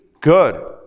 good